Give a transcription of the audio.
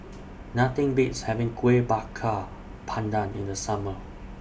Nothing Beats having Kueh Bakar Pandan in The Summer